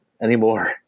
anymore